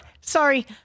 Sorry